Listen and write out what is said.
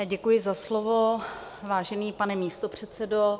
Děkuji za slovo, vážený pane místopředsedo.